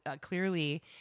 clearly